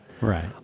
Right